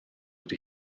wedi